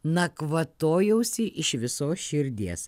na kvatojausi iš visos širdies